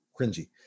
cringy